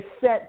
set